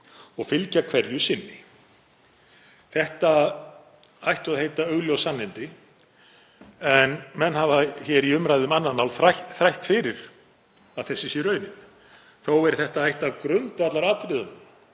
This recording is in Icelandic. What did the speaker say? og fylgja hverju sinni.“ Þetta ættu að heita augljós sannindi en menn hafa hér í umræðu um annað mál þrætt fyrir að sú sé raunin. Þó er þetta eitt af grundvallaratriðunum